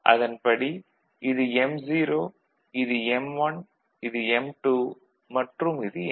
அதன்படி இது m0 இது m1 இது m2 மற்றும் இது m3